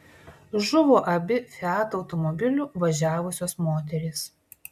žuvo abi fiat automobiliu važiavusios moterys